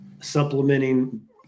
supplementing